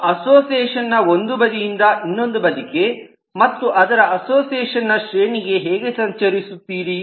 ನೀವು ಅಸೋಸಿಯೇಷನ್ ನ ಒಂದು ಬದಿಯಿಂದ ಇನ್ನೊಂದು ಬದಿಗೆ ಮತ್ತು ಅದರ ಅಸೋಸಿಯೇಷನ್ ನ ಶ್ರೇಣಿಗೆ ಹೇಗೆ ಸಂಚರಿಸುತ್ತೀರಿ